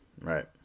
right